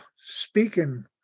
speaking